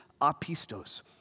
apistos